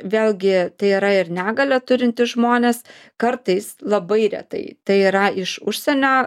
vėlgi tai yra ir negalią turintys žmonės kartais labai retai tai yra iš užsienio